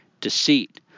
deceit